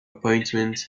appointment